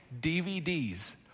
DVDs